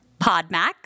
podmax